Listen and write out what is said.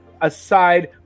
aside